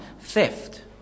theft